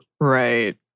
Right